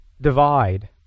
divide